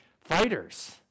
fighters